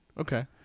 Okay